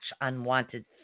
unwanted